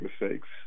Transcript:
mistakes